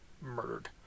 murdered